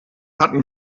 hatten